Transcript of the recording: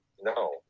no